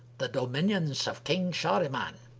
the dominions of king shahriman.